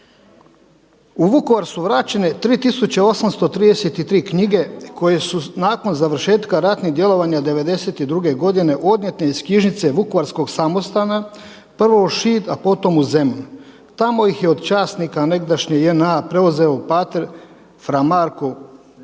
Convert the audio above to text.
„U Vukovar su vraćene 3833 knjige koje su nakon završetka ratnih djelovanja '92. godine odnijete iz knjižnice Vukovarskog samostana prvo u Šid, potom u Zemun. Tamo ih je od časnika negdašnje JNA preuzeo pater fra Marko Kurot